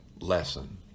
lesson